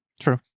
true